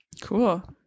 Cool